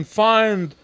find